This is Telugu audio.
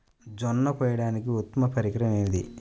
జొన్న కోయడానికి ఉత్తమ పరికరం ఏది?